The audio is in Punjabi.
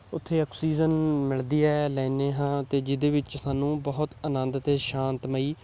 ਉੱਥੇ ਆਕਸੀਜਨ ਮਿਲਦੀ ਹੈ ਲੈਂਦੇ ਹਾਂ ਅਤੇ ਜਿਹਦੇ ਵਿੱਚ ਸਾਨੂੰ ਬਹੁਤ ਆਨੰਦ ਅਤੇ ਸ਼ਾਂਤਮਈ